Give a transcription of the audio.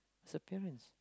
disappearance